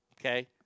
Okay